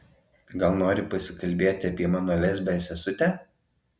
gal nori pasikalbėti apie mano lesbę sesutę